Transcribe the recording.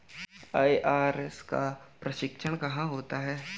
IRS का प्रशिक्षण कहाँ होता है?